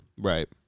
Right